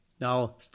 Now